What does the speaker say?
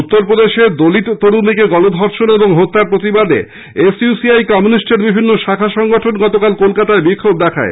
উত্তরপ্রদেশে দলিত তরুণীকে গণধর্ষণ ও হত্যার প্রতিবাদে এসইউসিআই কমিউনিস্টের বিভিন্ন শাখা সংগঠন গতকাল কলকাতায় বিক্ষোভ দেখায়